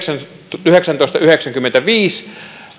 tuhatyhdeksänsataayhdeksänkymmentäviisi